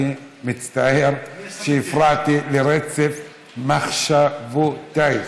אני מצטער שהפרעתי לרצף מחשבותייך.